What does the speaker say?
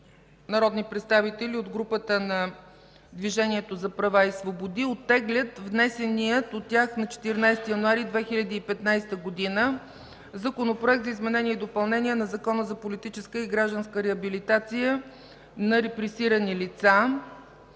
народни представители от групата на Движението за права и свободи оттеглят внесения от тях на 14 януари 2015 г. Законопроект за изменение и допълнение на Закона за политическа и гражданска реабилитация на репресирани лица,